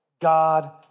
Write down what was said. God